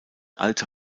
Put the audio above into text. alte